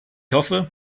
hoffe